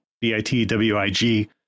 B-I-T-W-I-G